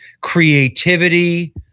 creativity